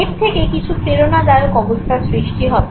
এর থেকে কিছু প্রেরণাদায়ক অবস্থা সৃষ্টি হবে